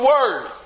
Word